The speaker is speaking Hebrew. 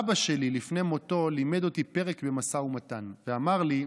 אבא שלי לימד אותי לפני מותו פרק במשא ומתן ואמר לי: